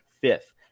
fifth